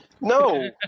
No